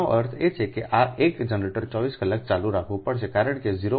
આનો અર્થ એ કે આ એક જનરેટર 24 કલાક ચાલુ રાખવો પડશે કારણ કે આ 0